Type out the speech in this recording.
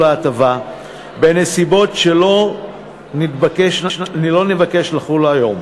ההטבה בנסיבות שלא נתבקשה לחול בהן,